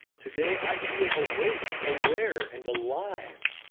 today, i feel awake, aware, and alive.